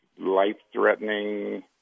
life-threatening